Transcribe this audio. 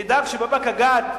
נדאג שבבאקה ג'ת,